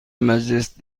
مجلس